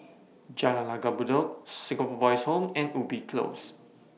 Jalan Langgar Bedok Singapore Boys' Home and Ubi Close